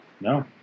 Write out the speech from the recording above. No